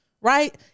right